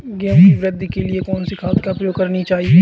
गेहूँ की वृद्धि के लिए कौनसी खाद प्रयोग करनी चाहिए?